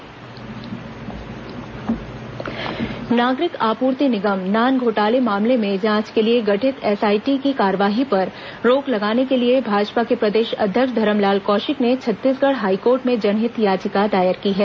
high court याचिका नागरिक आपूर्ति निगम नान घोटाले मामले में जांच के लिए गठित एसआईटी की कार्रवाई पर रोक लगाने के लिए भाजपा के प्रदेश अध्यक्ष धरमलाल कौशिक ने छत्तीसगढ़ हाईकोर्ट में जनहित याचिका दायर की है